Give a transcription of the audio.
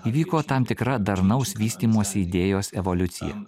įvyko tam tikra darnaus vystymosi idėjos evoliucija